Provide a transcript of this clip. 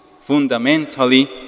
fundamentally